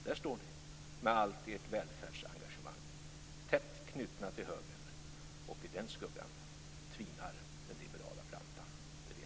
Där står ni med allt ert välfärdsengagemang, tätt knutna till högern. I den skuggan tvinar den liberala plantan, det vet vi.